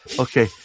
okay